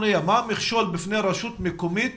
המכשול בפני רשות מקומית